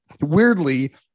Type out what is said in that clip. weirdly